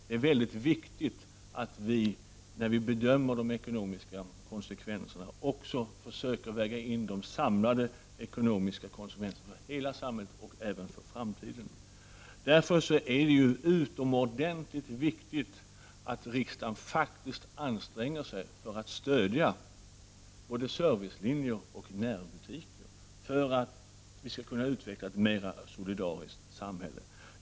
Det är mycket viktigt att vi när vi bedömer de ekonomiska konsekven serna också försöker väga in de samlade ekonomiska konsekvenserna för hela samhället och för framtiden. Det är därför utomordentligt viktigt att riksdagen anstränger sig för att stödja både servicelinjer och närbutiker för att vi skall kunna utveckla ett mer solidariskt samhälle.